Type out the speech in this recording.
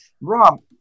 Rob